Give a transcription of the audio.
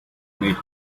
made